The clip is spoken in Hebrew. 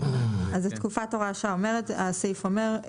תיקון חוק קידום התחרות בענף המזון,